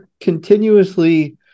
continuously